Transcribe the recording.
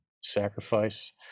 sacrifice